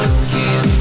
skin